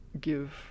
give